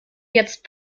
jetzt